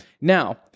Now